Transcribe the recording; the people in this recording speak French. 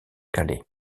calais